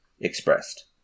expressed